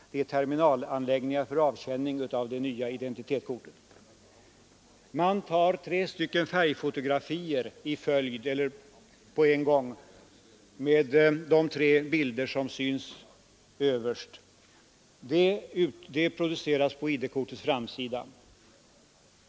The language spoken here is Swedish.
Det gäller terminalanläggningar för avkänning av de nya identitetskorten. Man tar tre porträttfotografier, i följd eller på en gång och i olika vinklar. Dessa bilder produceras på ID-kortets framsida.